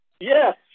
Yes